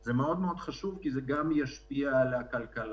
זה מאוד מאוד חשוב, כי זה גם ישפיע על הכלכלה.